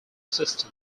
system